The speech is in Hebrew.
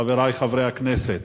חברי חברי הכנסת,